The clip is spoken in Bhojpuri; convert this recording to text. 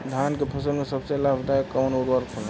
धान के फसल में सबसे लाभ दायक कवन उर्वरक होला?